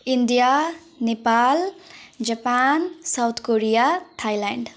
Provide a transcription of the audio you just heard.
India Nepal Japan South Korea Thailand